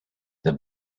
the